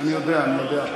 אני יודע, אני יודע.